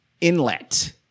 inlet